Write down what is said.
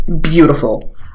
beautiful